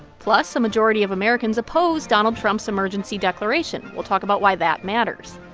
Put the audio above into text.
plus, a majority of americans oppose donald trump's emergency declaration. we'll talk about why that matters.